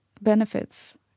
benefits